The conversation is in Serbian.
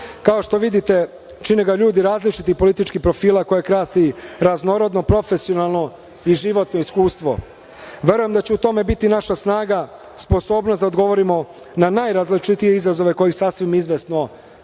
što vidite, čine ga ljudi različitih političkih profila koje krasi raznorodno profesionalno i životno iskustvo. Verujem da će u tome biti naša snaga, sposobnost da odgovorimo na najrazličitije izazove kojih sasvim izvesno